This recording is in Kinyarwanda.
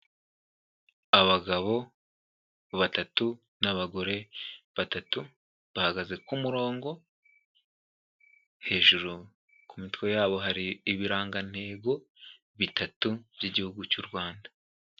Abagabo batatu n'abagore batatu bahagaze ku murongo, hejuru ku mitwe yabo hari ibirangantego bitatu by'igihugu cy'u Rwanda.